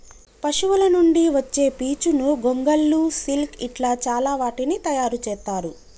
పశువుల నుండి వచ్చే పీచును గొంగళ్ళు సిల్క్ ఇట్లా చాల వాటిని తయారు చెత్తారు